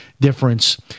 difference